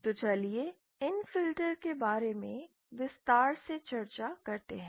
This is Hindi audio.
तो चलिए इन फिल्टर के बारे में विस्तार से चर्चा करते हैं